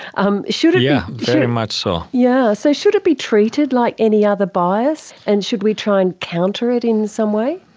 um yeah very much so. yeah so should it be treated like any other bias and should we try and counter it in some way?